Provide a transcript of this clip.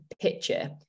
picture